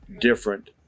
different